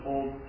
Old